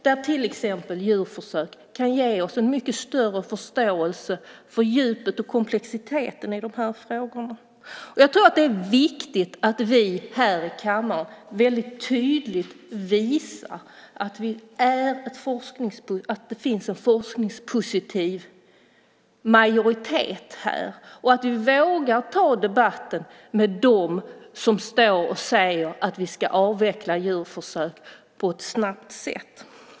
Där kan till exempel djurförsök ge oss en mycket större förståelse för djupet och komplexiteten i de frågorna. Det är viktigt att vi här i kammaren väldigt tydligt visar att det finns en forskningspositiv majoritet och att vi vågar ta debatten med dem som står och säger att vi ska avveckla djurförsök på ett snabbt sätt.